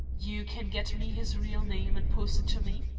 you can get me his real name and post it to me?